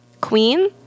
Queen